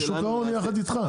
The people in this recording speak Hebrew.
שוק ההון יחד איתך.